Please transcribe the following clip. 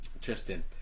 Tristan